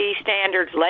standards